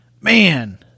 Man